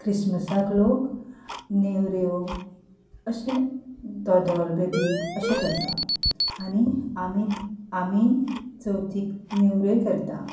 क्रिसमसाक लोक नेवऱ्यो अशें धोदोल बिबींक अशे करता आनी आमी आमी चवतीक नेवऱ्योय करता